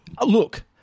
look